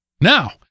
Now